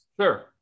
Sure